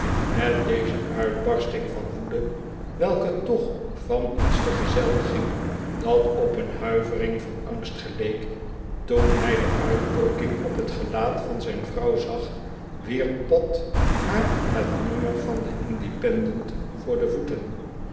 met deze uitbarsting van woede welke toch van iets vergezeld ging dat op een huivering van angst geleek toen hij de uitdrukking op het gelaat van zijn vrouw zag wierp pott haar het nummer van den independent voor de voeten